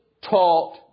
taught